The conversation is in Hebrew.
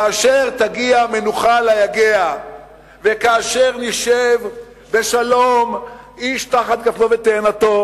כאשר תגיע מנוחה ליגע וכאשר נשב בשלום איש תחת גפנו ותחת תאנתו,